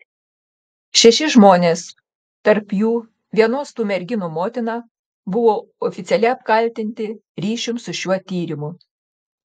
šeši žmonės tarp jų vienos tų merginų motina buvo oficialiai apkaltinti ryšium su šiuo tyrimu